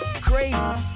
Great